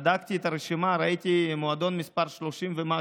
בדקתי את הרשימה, וראיתי מועדון מס' 30 ומשהו.